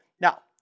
now